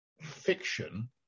fiction